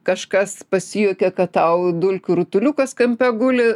kažkas pasijuokė kad tau dulkių rutuliukas kampe guli